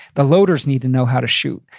the loaders need to know how to shoot.